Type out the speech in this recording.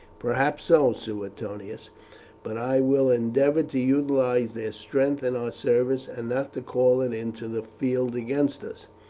perhaps so, suetonius but i will endeavour to utilize their strength in our service, and not to call it into the field against us.